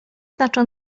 kilka